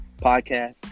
Podcast